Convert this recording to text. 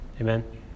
Amen